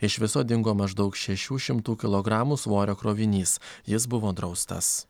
iš viso dingo maždaug šešių šimtų kilogramų svorio krovinys jis buvo draustas